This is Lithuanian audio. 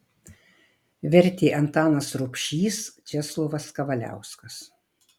vertė antanas rubšys česlovas kavaliauskas